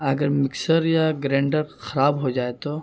اگر مکسر یا گرینڈر خراب ہو جائے تو